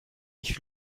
ich